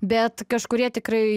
bet kažkurie tikrai